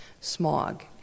smog